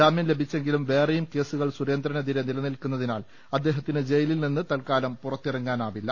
ജാമൃം ലഭിച്ചെ ങ്കിലും വേറെയും കേസുകൾ സുരേന്ദ്രനെതിര നിലനിൽക്കുന്നതിനാൽ അദ്ദേഹത്തിന് ജയിലിൽ നിന്ന് തത്കാലം പുറത്തിറങ്ങാനാകുന്നില്ല